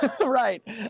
Right